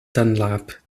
dunlap